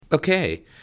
Okay